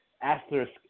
asterisk